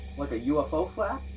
like a ufo flap?